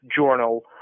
Journal